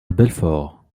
belfort